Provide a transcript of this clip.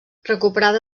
recuperada